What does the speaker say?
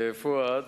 פואד,